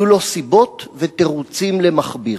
יהיו לו סיבות ותירוצים למכביר.